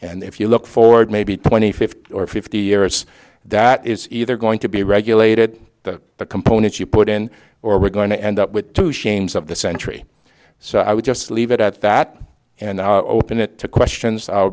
and if you look forward maybe twenty fifth or fifty years that is either going to be regulated the components you put in or we're going to end up with two sheens of the century so i would just leave it at that and open it to questions